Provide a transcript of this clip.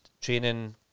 training